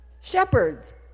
shepherds